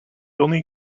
only